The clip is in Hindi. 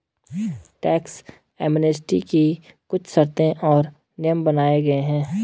टैक्स एमनेस्टी की कुछ शर्तें और नियम बनाये गये हैं